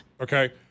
Okay